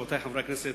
רבותי חברי הכנסת,